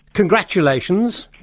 congratulations,